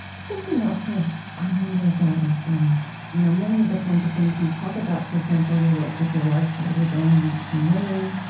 something else i i wonder about is, um you know, many of the kinds of things you talk about, for example, your work with your wife, sheryl wudunn, on on women.